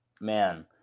man